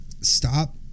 stop